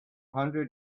hundred